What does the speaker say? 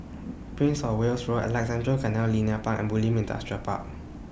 Prince of Wales Road Alexandra Canal Linear Park and Bulim Industrial Park